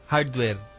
Hardware